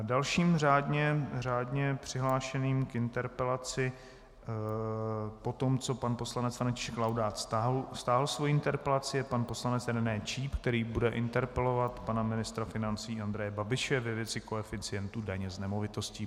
Dalším řádně přihlášeným k interpelaci po tom, co pan poslanec František Laudát stáhl svoji interpelaci, je pan poslanec René Číp, který bude interpelovat pana ministra financí Andreje Babiše ve věci koeficientů daně z nemovitostí.